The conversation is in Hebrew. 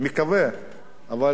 אבל לצערי הרב,